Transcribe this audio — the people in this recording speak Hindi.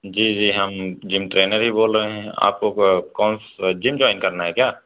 जी जी हम जिम ट्रेनर ही बोल रहे हैं आपको कौन जिम जॉइन करना है क्या